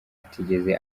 atigeze